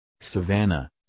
savannah